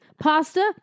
pasta